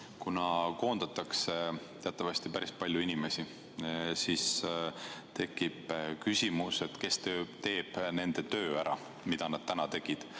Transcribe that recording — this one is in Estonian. Kuna koondatakse teatavasti päris palju inimesi, siis tekib küsimus, kes teeb ära nende töö, mida nad tegid.